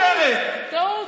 טעות, טעות,